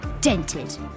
dented